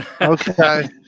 Okay